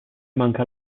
manca